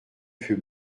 fut